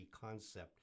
concept